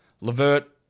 Levert